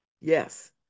Yes